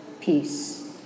peace